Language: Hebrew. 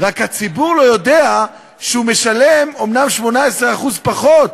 רק הציבור לא יודע שהוא משלם אומנם 18% פחות,